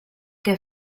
que